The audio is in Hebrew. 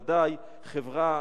בוודאי חברה